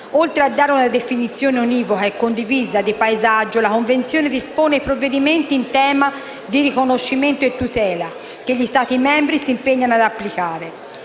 Oltre a dare una definizione univoca e condivisa di paesaggio, la Convenzione dispone i provvedimenti in tema di riconoscimento e tutela che gli Stati membri si impegnano ad applicare.